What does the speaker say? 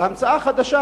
ויש המצאה חדשה: